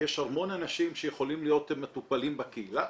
יש המון אנשים שיכולים להיות מטופלים בקהילה